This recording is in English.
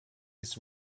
his